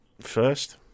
first